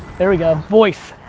there we go, voice.